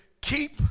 keep